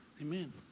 Amen